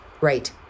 Right